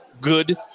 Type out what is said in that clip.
good